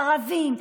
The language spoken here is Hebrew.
ערבים,